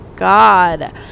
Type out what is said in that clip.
God